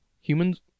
Humans